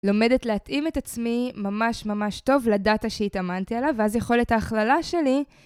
לומדת להתאים את עצמי ממש ממש טוב לדאטה שהתאמנתי עליו ואז יכולת ההכללה שלי